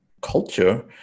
culture